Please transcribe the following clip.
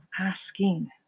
asking